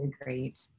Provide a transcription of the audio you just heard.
great